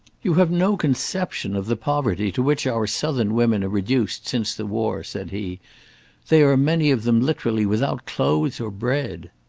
you have no conception of the poverty to which our southern women are reduced since the war, said he they are many of them literally without clothes or bread.